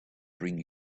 bring